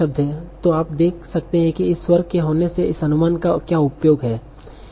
तो आप देख सकते हैं कि इस स्वर के होने से इस अनुमान का क्या उपयोग है